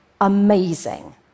amazing